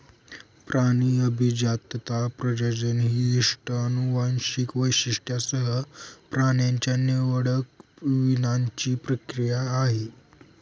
प्राणी अभिजातता, प्रजनन ही इष्ट अनुवांशिक वैशिष्ट्यांसह प्राण्यांच्या निवडक वीणाची प्रक्रिया आहे